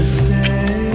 stay